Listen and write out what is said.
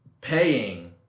paying